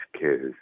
kids